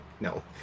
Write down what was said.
no